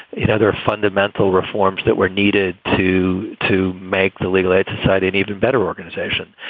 in other fundamental reforms that were needed to to make the legal aid society an even better organization.